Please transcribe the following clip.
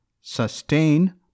sustain